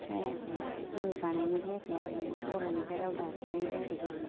जायाखै जेबो बानायनाय जायाखै आरो बिदि बर'निफ्राय राव दानस्लायनाय जायाखै जेबो